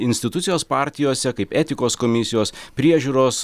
institucijos partijose kaip etikos komisijos priežiūros